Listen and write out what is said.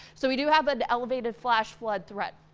so we do have an elevated flash flood threat.